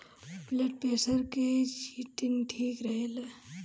blood pressure के चिटिन ठीक रखेला